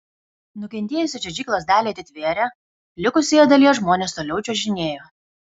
nukentėjusią čiuožyklos dalį atitvėrė likusioje dalyje žmonės toliau čiuožinėjo